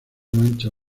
mancha